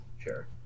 sure